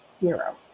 Hero